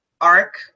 arc